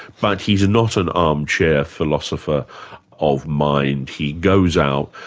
but he's not an armchair philosopher of mind, he goes out,